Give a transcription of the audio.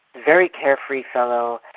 very carefree fellow,